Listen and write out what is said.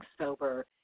sober